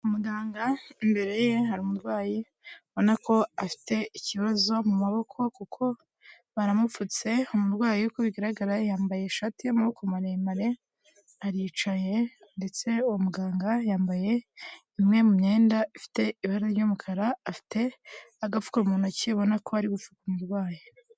Umuganga imbere ye hari umurwayi ubona ko afite ikibazo mu maboko kuko baramupfutse, umurwayi uko bigaragara yambaye ishati y'amaboko maremare, aricaye, ndetse uwo muganga yambaye imwe mu myenda ifite ibara ry'umukara, afite agapfuko mu ntoki ubona ko ari gupfuka umurwayi.